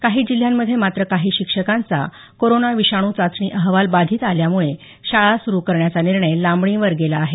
काही जिल्ह्यांमध्ये मात्र काही शिक्षकांचा कोरोना विषाणू चाचणी अहवाल बाधित आल्यामुळे शाळा सुरु करण्याचा निर्णय लांबणीवर गेला आहे